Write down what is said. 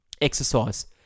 Exercise